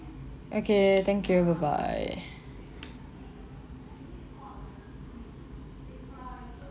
okay thank you bye bye